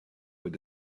with